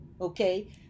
okay